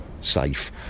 safe